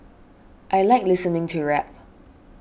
I like listening to rap